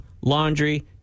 laundry